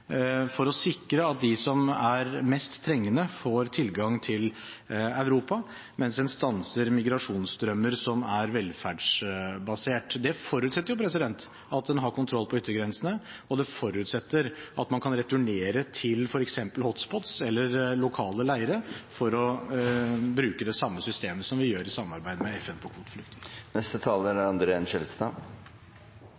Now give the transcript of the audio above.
for å sikre at de som er mest trengende, får tilgang til Europa, mens en stanser migrasjonsstrømmer som er velferdsbasert. Det forutsetter at en har kontroll på yttergrensene, og det forutsetter at man kan returnere til f.eks. «hotspots» eller lokale leire for å bruke det samme systemet som vi har i samarbeid med FN når det gjelder kvoteflyktninger. Representanten André N. Skjelstad